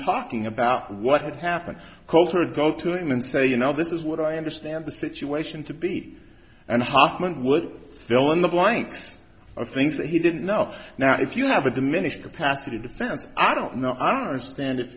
talking about what had happened coulter go to him and say you know this is what i understand the situation to be and hofmann would fill in the blanks of things that he didn't know now if you have a diminished capacity defense i don't know i don't understand if